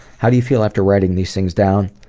how do you feel after writing these things down?